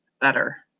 better